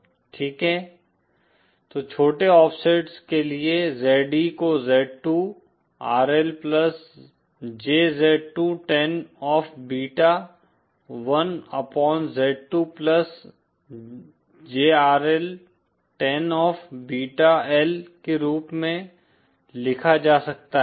ठीक है तो छोटे ऑफसेट्स के लिए ZE को Z2 RL plus JZ2 ten of beta one upon Z2 plus JRL ten of beta L के रूप में लिखा जा सकता है